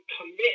commit